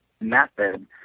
method